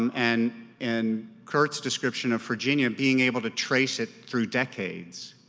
and and kirt's description of virginia being able to trace it through decades.